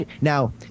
Now